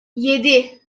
yedi